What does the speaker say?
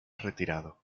retirado